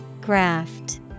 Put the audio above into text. Graft